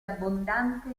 abbondante